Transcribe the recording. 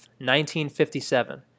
1957